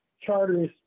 charters